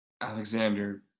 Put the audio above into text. Alexander